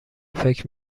فکر